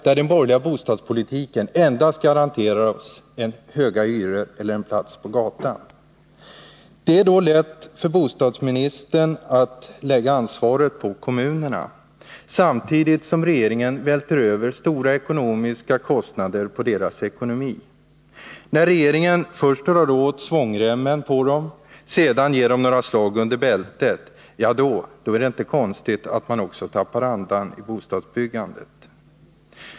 Den borgerliga bostadspolitiken garanterar oss endast höga hyror eller en plats på gatan. Det är lätt för bostadsministern att lägga ansvaret på kommunerna, samtidigt som regeringen välter över stora kostnader på deras ekonomi. När regeringen först drar åt svångremmen på kommunerna och sedan ger dem några slag under bältet är det inte konstigt att man tappar andan i bostadsbyggandet.